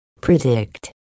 predict